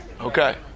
Okay